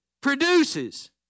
produces